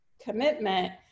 commitment